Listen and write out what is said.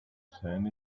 sand